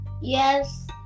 Yes